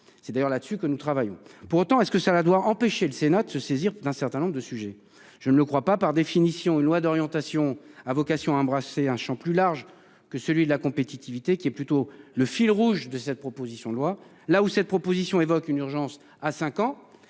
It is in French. C'est d'ailleurs là-dessus que nous travaillons pour autant est-ce que ça doit empêcher le Sénat de se saisir d'un certain nombre de sujets, je ne le crois pas, par définition, une loi d'orientation a vocation à embrasser un Champ plus large que celui de la compétitivité qui est plutôt le fil rouge de cette proposition de loi là où cette proposition évoque une urgence à cinq